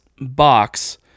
box